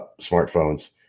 smartphones